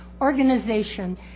organization